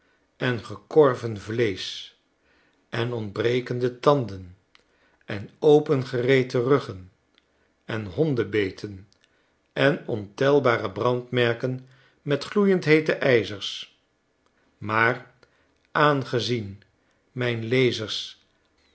en gekorven vleesch en ontbrekende tanden en opengereten ruggen en hondenbeten en ontelbare brandmerken met gloeiend heete ijzers maar aangezien mijnlezers